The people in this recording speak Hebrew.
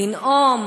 לנאום,